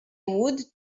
would